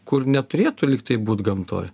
kur neturėtų lyg tai būt gamtoj